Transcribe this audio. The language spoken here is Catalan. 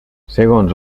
segons